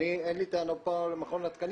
אין לי טענות פה למכון התקנים,